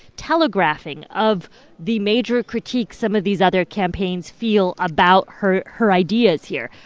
telegraphing of the major critiques some of these other campaigns feel about her her ideas here.